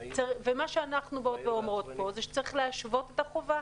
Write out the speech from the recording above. ומה שאנחנו באות ואומרות פה הוא שצריך להשוות את החובה.